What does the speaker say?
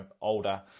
older